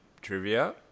trivia